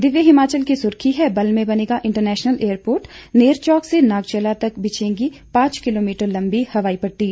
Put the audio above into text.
दिव्य हिमाचल की सुर्खी है बल्ह में बनेगा इंटरनेशनल एयरपोर्ट नेरचौक से नागचला तक बिछेंगी पांच किलोमीटर लम्बी हवाई पट्टी